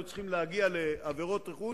היו צריכים להגיע לעבירות רכוש,